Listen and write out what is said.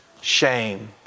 shame